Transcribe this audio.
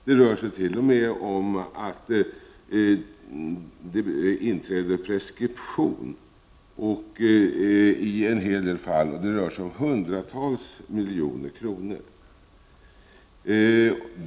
Det rör sig t.o.m. om att det inträtt preskription i en hel del fall. Det rör sig om hundratals miljoner kronor.